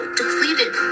depleted